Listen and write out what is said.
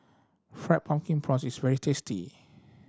Fried Pumpkin Prawns is very tasty